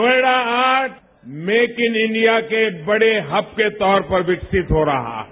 नोएडा आज make in India के बड़े हब के तौर पर विकसित हो रहा है